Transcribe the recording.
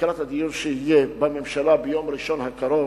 לקראת הדיון שיהיה בממשלה ביום ראשון הקרוב,